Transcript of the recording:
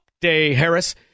Day-Harris